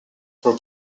for